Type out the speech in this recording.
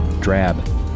drab